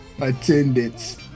attendance